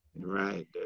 right